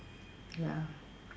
ya